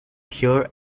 pure